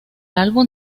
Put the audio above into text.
álbum